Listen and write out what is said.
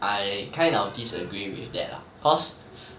I kind of disagree with that lah cause